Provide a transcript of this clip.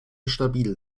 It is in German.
stabil